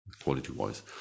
quality-wise